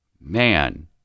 Man